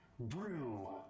Brew